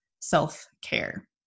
self-care